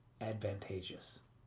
advantageous